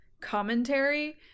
commentary